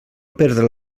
perdre